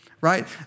right